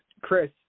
Chris